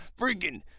freaking